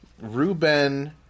Ruben